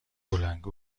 بلندگو